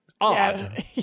odd